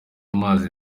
mazi